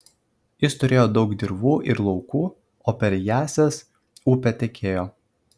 jis turėjo daug dirvų ir laukų o per jąsias upė tekėjo